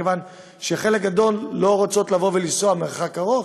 מכיוון שחלק גדול לא רוצות לנסוע מרחק ארוך,